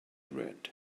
red